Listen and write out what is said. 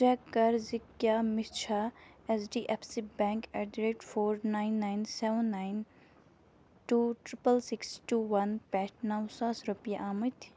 check کَر زِ کیٛاہ مےٚ چھا S D F C bank at the rate four nine nine seven nine two triple six two one پٮ۪ٹھ نَو ساس رۄپیہِ آمٕتۍ